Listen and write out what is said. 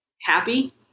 happy